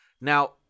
Now